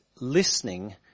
listening